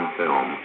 film